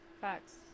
Facts